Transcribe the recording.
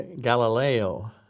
Galileo